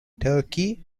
turkey